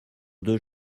deux